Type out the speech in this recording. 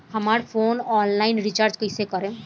हमार phone online recharge कईसे करेम?